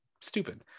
stupid